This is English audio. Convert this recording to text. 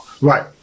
Right